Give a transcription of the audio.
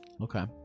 Okay